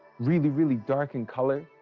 really, really dark in color?